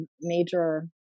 major